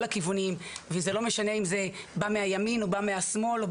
הכיוונים וזה לא משנה אם זה בא מהימין או בא מהשמאל,